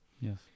Yes